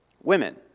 Women